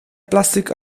plastik